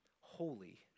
holy